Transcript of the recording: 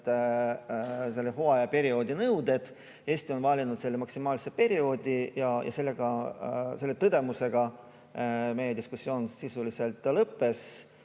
hooaja pikkuse. Eesti on valinud maksimaalse perioodi ja selle tõdemusega meie diskussioon sisuliselt lõppes.